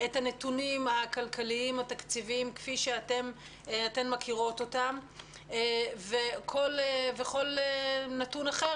את הנתונים הכלכליים והתקציביים כפי שאתן מכירות אותם וכל נתון אחר